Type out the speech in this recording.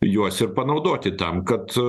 juos ir panaudoti tam kad